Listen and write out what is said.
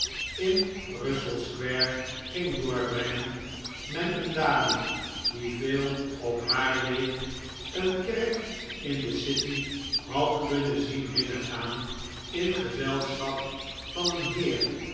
in russell square ging doorbrengen men een dame die veel op haar leek een kerk in de city had kunnen zien binnengaan in gezelschap van een heer